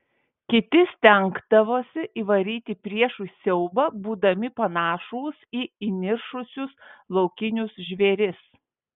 kiti stengdavosi įvaryti priešui siaubą būdami panašūs į įniršusius laukinius žvėris